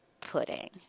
pudding